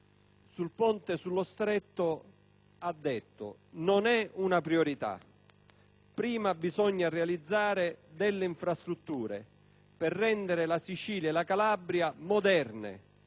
il ponte sullo Stretto ha detto: «Non è una priorità. Prima bisogna realizzare delle infrastrutture per rendere la Sicilia e la Calabria moderne,